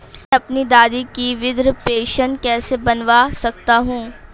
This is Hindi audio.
मैं अपनी दादी की वृद्ध पेंशन कैसे बनवा सकता हूँ?